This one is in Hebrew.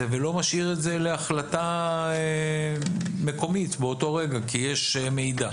ולא משאיר את זה להחלטה מקומית באותו רגע כי יש מידע.